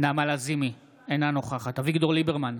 נעמה לזימי, אינה נוכחת אביגדור ליברמן,